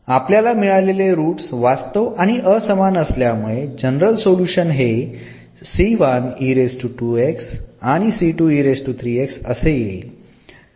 आपल्याला मिळालेले रुट्स वास्तव आणि असमान असल्यामुळे जनरल सोल्युशन हे आणि असे येईल